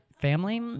family